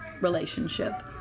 relationship